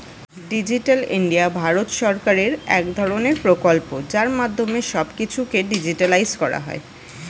digital India Bharat সরকারের এক ধরণের প্রকল্প যার মাধ্যমে সব কিছুকে ডিজিটালাইসড করা হয়